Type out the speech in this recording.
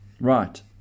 Right